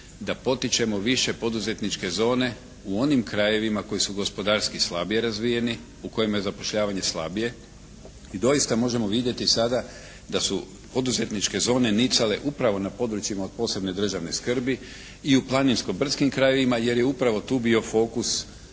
da potičemo više poduzetničke zone u onim krajevima koji su gospodarski slabije razvijeni, u kojima je zapošljavanje slabije i doista možemo vidjeti sada da su poduzetničke zone nicale upravo na područjima od posebne državne skrbi i u planinsko-brdskim krajevima jer je upravo tu bio fokus